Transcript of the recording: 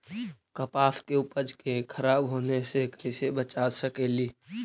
कपास के उपज के खराब होने से कैसे बचा सकेली?